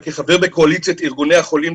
וכחבר בקואליציית ארגוני החולים,